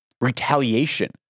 retaliation